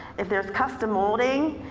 if there's custom molding,